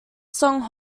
song